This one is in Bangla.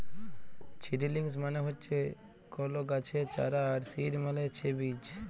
ছিডিলিংস মানে হচ্যে কল গাছের চারা আর সিড মালে ছে বীজ